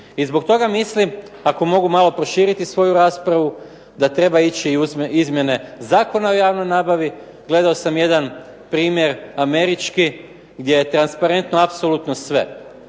I zbog toga mislim ako mogu malo proširiti svoju raspravu da treba ići u izmjene Zakona o javnoj nabavi. Gledao sam jedan primjer američki gdje je transparentno apsolutno sve.